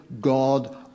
God